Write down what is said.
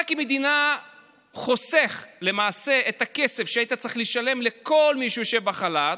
אתה כמדינה חוסך למעשה את הכסף שהיית צריך לשלם לכל מי שיושב בחל"ת,